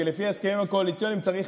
כי לפי ההסכמים הקואליציוניים צריך